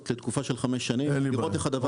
לתקופה של חמש שנים לראות איך הדבר הזה עובד.